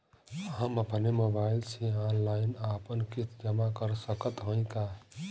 हम अपने मोबाइल से ऑनलाइन आपन किस्त जमा कर सकत हई का?